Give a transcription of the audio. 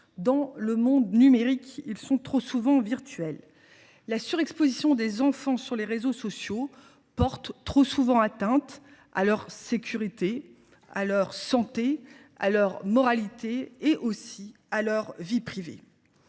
dans le monde numérique, où ils sont trop souvent virtuels. La surexposition des enfants sur les réseaux sociaux porte trop souvent atteinte à leur sécurité, à leur santé, à leur moralité ainsi qu’à leur vie privée.